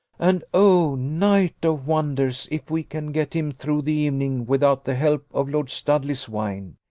and, o night of wonders! if we can get him through the evening without the help of lord studley's wine.